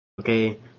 Okay